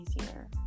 easier